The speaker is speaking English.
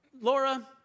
laura